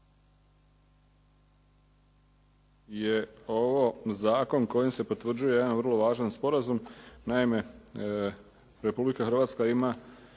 je ovo zakon kojim se potvrđuje jedan vrlo važan sporazum. Naime, Republika Hrvatska ima